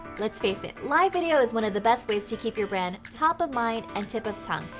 let's face it. live video is one of the best ways to keep your brand top of mind and tip of tongue.